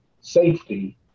safety